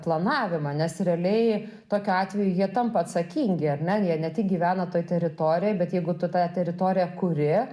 planavimą nes realiai tokiu atveju jie tampa atsakingi ar ne jie ne tik gyvena toj teritorijoj bet jeigu tu tą teritoriją kuri